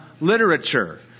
literature